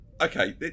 okay